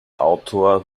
autor